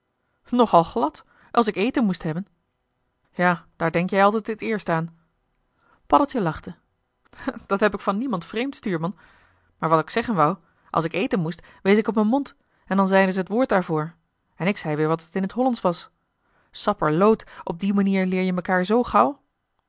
al glad als ik eten moest hebben ja daar denk jij altijd het eerst aan paddeltje lachte dat heb ik van niemand vreemd stuurman maar wat ik zeggen wou als ik eten moest wees ik op joh h been paddeltje de scheepsjongen van michiel de ruijter mijn mond en dan zeien zij het woord daarvoor en ik zei weer wat het in t hollandsch was sapperloot op die manier leer je mekaar zoo gauw